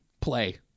play